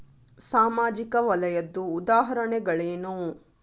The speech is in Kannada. ಸಾಮಾಜಿಕ ವಲಯದ್ದು ಉದಾಹರಣೆಗಳೇನು?